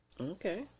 okay